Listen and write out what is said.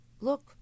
look